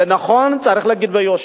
נכון, צריך להגיד ביושר,